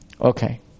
Okay